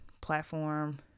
platform